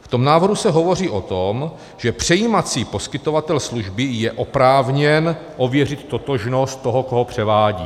V tom návrhu se hovoří o tom, že přejímací poskytovatel služby je oprávněn ověřit totožnost toho, koho převádí.